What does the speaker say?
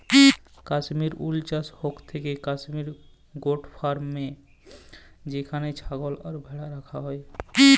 Kashmir wool চাস হৌক থাকেক কাশ্মির গোট ফার্মে যেখানে ছাগল আর ভ্যাড়া রাখা হয়